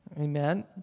Amen